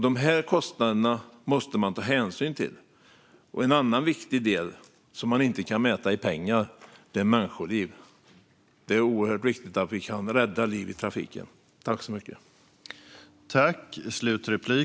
De här kostnaderna måste man ta hänsyn till. En annan viktig del som man inte kan mäta i pengar är människoliv. Det är oerhört viktigt att vi kan rädda liv i trafiken.